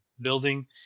building